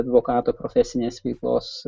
advokato profesinės veiklos